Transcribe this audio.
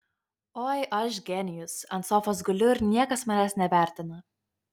oi aš genijus ant sofos guliu ir niekas manęs nevertina